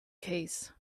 case